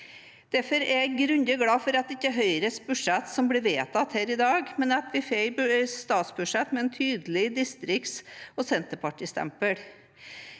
Derfor er jeg grundig glad for at det ikke er Høyres budsjett som blir vedtatt her i dag, men at vi får et statsbudsjett med et tydelig distrikts- og senterpartistempel.